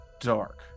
dark